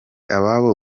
ababo